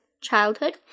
childhood